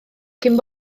cyn